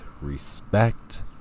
respect